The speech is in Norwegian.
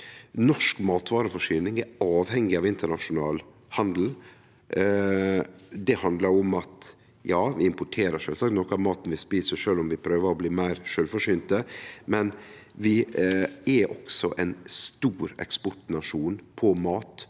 Norsk matvareforsyning er avhengig av internasjonal handel. Det handlar om at vi sjølvsagt importerer noko av maten vi et, sjølv om vi prøver å bli meir sjølvforsynte, men vi er også ein stor eksportnasjon når det